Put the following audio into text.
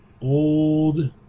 old